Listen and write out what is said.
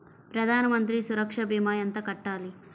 ప్రధాన మంత్రి సురక్ష భీమా ఎంత కట్టాలి?